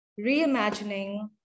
reimagining